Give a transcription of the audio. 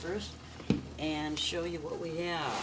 first and show you what we have